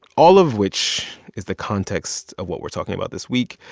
all of which is the context of what we're talking about this week.